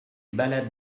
balades